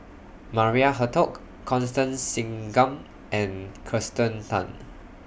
Maria Hertogh Constance Singam and Kirsten Tan